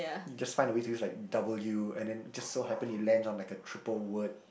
you just find a way to use like W and then just so happen it lands on like a triple word